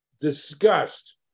disgust